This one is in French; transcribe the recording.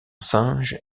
singe